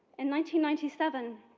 and ninety ninety seven,